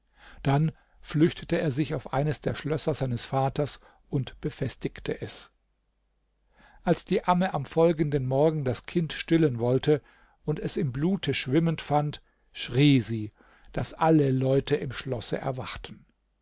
dann flüchtete er sich auf eines der schlösser seines vaters und befestigte es als die amme am folgenden morgen das kind stillen wollte und es im blute schwimmend fand schrie sie daß alle leute im schlosse erwachten